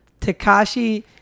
Takashi